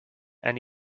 and